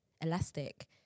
elastic